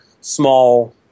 small